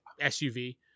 SUV